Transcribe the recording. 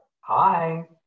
Hi